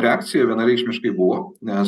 reakcija vienareikšmiškai buvo nes